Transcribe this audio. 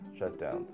shutdowns